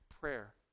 prayer